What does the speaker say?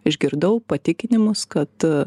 išgirdau patikinimus kad